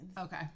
Okay